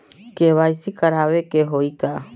KYC करावे के होई का?